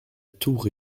tour